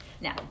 Now